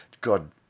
God